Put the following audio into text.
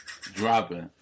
Dropping